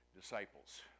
disciples